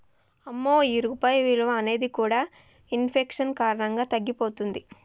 అమ్మో ఈ రూపాయి విలువ అనేది కూడా ఇన్ఫెక్షన్ కారణంగా తగ్గిపోతుంది